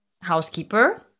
housekeeper